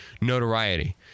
notoriety